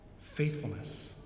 faithfulness